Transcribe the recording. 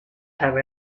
have